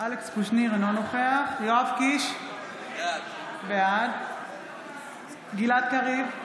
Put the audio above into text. אינו נוכח יואב קיש, בעד גלעד קריב,